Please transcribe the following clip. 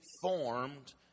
formed